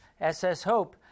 SSHOPE